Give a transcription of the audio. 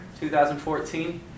2014